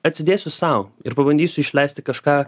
atsidėsiu sau ir pabandysiu išleisti kažką